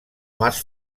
mas